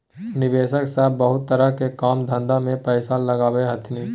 निवेशक सब बहुते तरह के काम धंधा में पैसा लगबै छथिन